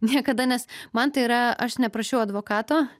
niekada nes man tai yra aš neprašiau advokato